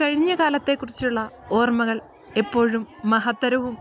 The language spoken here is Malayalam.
കഴിഞ്ഞ കാലത്തെക്കുറിച്ചുള്ള ഓർമ്മകൾ എപ്പോഴും മഹത്തരവും